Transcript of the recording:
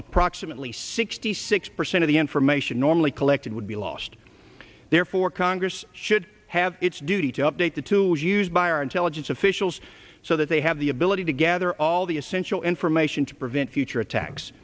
approximately sixty six percent of the information normally collected would be lost therefore congress should have its duty to update the tools used by our intelligence officials so that they have the ability to gather all the essential information to prevent future attacks